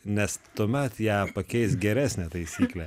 nes tuomet ją pakeis geresnė taisyklė